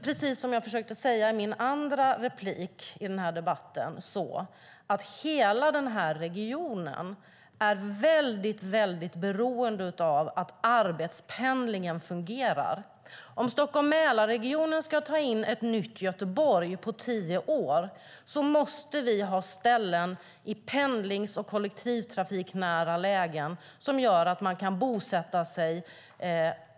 Precis som jag försökte säga i min andra replik i den här debatten är hela den här regionen mycket beroende av att arbetspendlingen fungerar. Om Stockholm-Mälardalsregionen ska ta in ett nytt Göteborg på tio år måste vi ha ställen i pendlings och kollektivtrafiknära lägen där man kan bosätta sig.